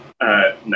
no